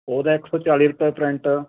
ਉਹਦਾ ਇੱਕ ਸੌ ਚਾਲੀ ਰੁਪਏ ਪ੍ਰਿੰਟ